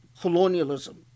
colonialism